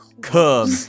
Come